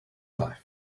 life